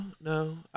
no